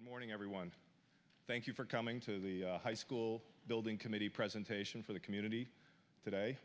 good morning everyone thank you for coming to the high school building committee presentation for the community today